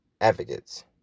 advocates